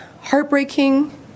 heartbreaking